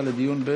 סעיף 12,